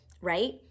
right